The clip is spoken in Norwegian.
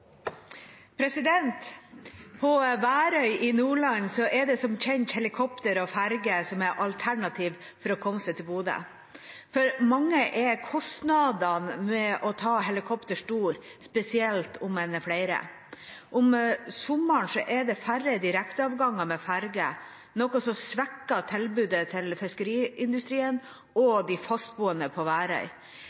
Bodø. For mange er kostnaden ved å ta helikopter stor, spesielt om en er flere. Om sommeren er det færre direkteavganger med ferje, noe som svekker tilbudet til fiskeindustrien og de fastboende på Værøy.